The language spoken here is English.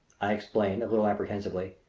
i explained, a little apprehensively.